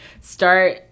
start